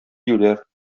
юләр